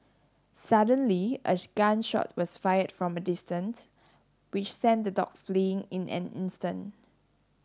suddenly a gun shot was fired from a distance which sent the dogs fleeing in an instant